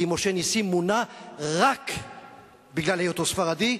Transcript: כי משה נסים מונה רק בגלל היותו ספרדי,